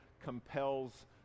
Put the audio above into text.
compels